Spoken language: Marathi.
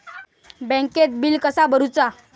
बँकेत बिल कसा भरुचा?